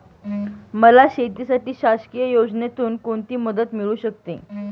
मला शेतीसाठी शासकीय योजनेतून कोणतीमदत मिळू शकते?